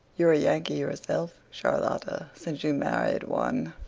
you're a yankee yourself, charlotta, since you've married one.